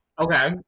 Okay